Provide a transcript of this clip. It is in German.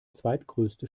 zweitgrößte